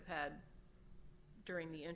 have had during the